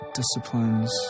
disciplines